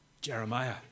Jeremiah